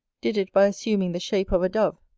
did it by assuming the shape of a dove.